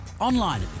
online